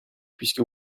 puisque